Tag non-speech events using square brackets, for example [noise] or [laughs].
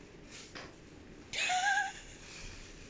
[noise] [laughs]